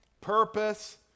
purpose